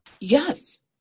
Yes